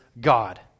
God